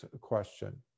question